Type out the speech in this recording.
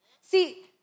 See